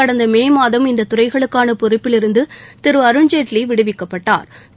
கடந்த மே மாதம் இந்த துறைகளுக்கான பொறுப்பிலிருந்து திரு அருண்ஜேட்லி விடுவிக்கப்பட்டாா்